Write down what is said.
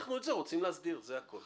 אנחנו את זה רוצים להסדיר, זה הכל.